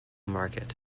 market